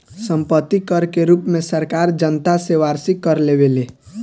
सम्पत्ति कर के रूप में सरकार जनता से वार्षिक कर लेवेले